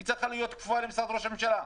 היא צריכה להיות כפופה למשרד ראש הממשלה,